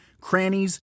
crannies